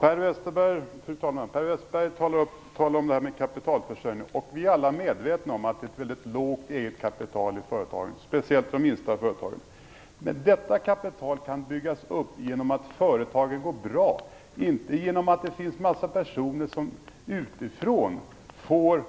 Fru talman! Per Westerberg talade om kapitalförsörjning. Vi är alla medvetna om att det är ett väldigt lågt eget kapital i företagen, speciellt i de minsta företagen. Men detta kapital kan byggas upp genom att företagen går bra, inte genom att det finns en mängd personer som får